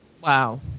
wow